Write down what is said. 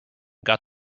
got